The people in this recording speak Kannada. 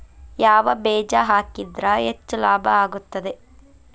ಯಾವ ಬೇಜ ಹಾಕಿದ್ರ ಹೆಚ್ಚ ಲಾಭ ಆಗುತ್ತದೆ?